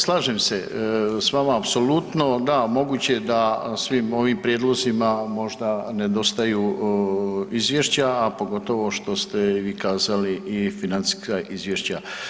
Slažem se s vama apsolutno da, moguće da svim ovim prijedlozima možda nedostaju izvješća, a pogotovo što ste vi kazali i financijska izvješća.